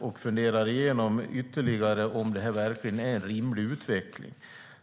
Man bör fundera igenom ytterligare om det här verkligen är en rimlig utveckling.